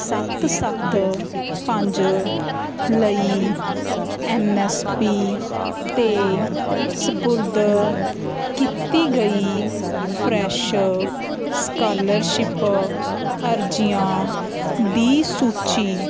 ਸੱਤ ਸੱਤ ਪੰਜ ਲਈ ਐੱਨ ਐੱਸ ਪੀ 'ਤੇ ਸਪੁਰਦ ਕੀਤੀ ਗਈ ਫਰੈਸ਼ ਸਕਾਲਰਸ਼ਿਪ ਅਰਜ਼ੀਆਂ ਦੀ ਸੂਚੀ